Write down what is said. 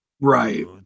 Right